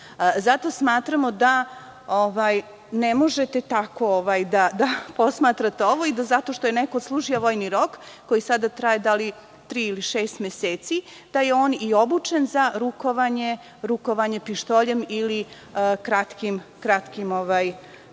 Zato smatramo da ne možete tako da posmatrate ovo i da zato što je neko odslužio vojni rok, koji sada traje da li tri ili šest meseci, da je on i obučen za rukovanje pištoljem ili kratkim cevima,